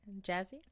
Jazzy